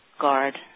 guard